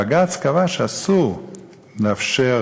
הבג"ץ קבע שאסור לאפשר